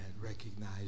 recognize